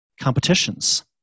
competitions